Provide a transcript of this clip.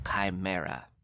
chimera